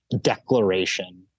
declaration